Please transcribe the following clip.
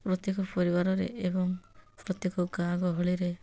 ପ୍ରତ୍ୟେକ ପରିବାରରେ ଏବଂ ପ୍ରତ୍ୟେକ ଗାଁ ଗହଳିରେ